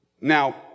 Now